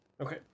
Okay